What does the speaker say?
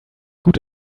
gut